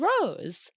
rose